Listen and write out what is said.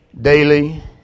daily